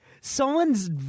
Someone's